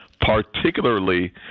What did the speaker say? particularly